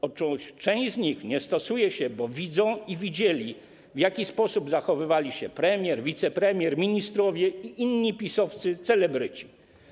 Otóż część z nich się nie stosuje, bo widzi i widziała, w jaki sposób zachowywali się premier, wicepremier, ministrowie i inni PiS-owscy celebryci.